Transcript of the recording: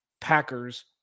Packers